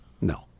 No